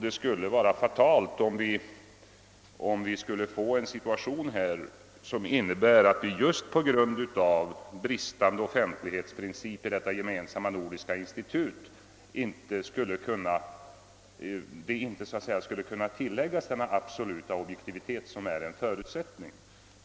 Det skulle vara fatalt om vi hamnade i den stituationen, att vi just på grund av bristande möjligheter till insyn i denna gemensamma nordiska institution inte skulle vara säkra på att proven utförs med den absoluta objektivitet som är en förut sättning.